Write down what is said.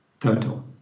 Total